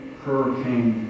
hurricane